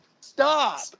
Stop